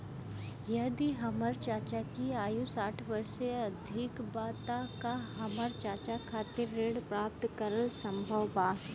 यदि हमर चाचा की आयु साठ वर्ष से अधिक बा त का हमर चाचा खातिर ऋण प्राप्त करल संभव बा